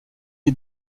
est